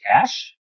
cash